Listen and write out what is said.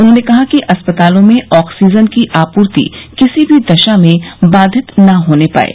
उन्होंने कहा कि अस्पतालो में आक्सीजन की आपूर्ति किसी भी दशा में बाधित न होने पाये